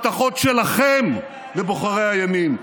דווקא את מי שנשארו נאמנים להבטחות שלכם לבוחרי הימין,